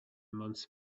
months